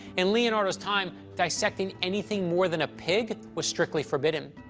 in leonardo's time, dissecting anything more than a pig was strictly forbidden,